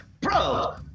bro